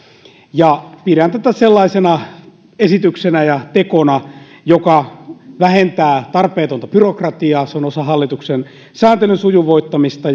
pidän tätä sellaisena esityksenä ja tekona joka vähentää tarpeetonta byrokratiaa se on osa hallituksen sääntelyn sujuvoittamista